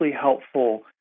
helpful